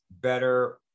better